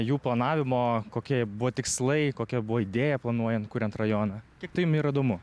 jų planavimo kokie buvo tikslai kokia buvo idėja planuojant kuriant rajoną kiek tai jum yra įdomu